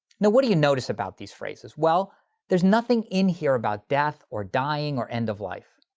now, what do you notice about these phrases? well, there's nothing in here about death or dying or end of life.